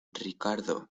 ricardo